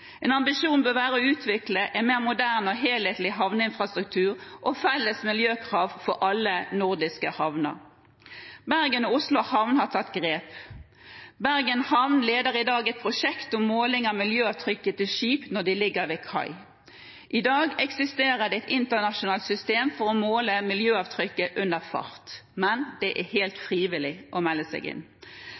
En ambisjon bør være å utvikle en mer moderne og helhetlig havneinfrastruktur og felles miljøkrav for alle nordiske havner. Bergen Havn og Oslo Havn har tatt grep. Bergen Havn leder i dag et prosjekt for måling av miljøavtrykket til skip når de ligger ved kai. I dag eksisterer det et internasjonalt system for å måle miljøavtrykket under fart, men det er helt frivillig å melde seg inn.